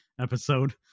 episode